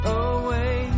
away